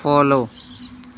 follow